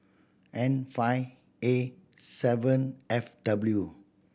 N five A seven F W